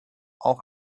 auch